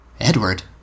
Edward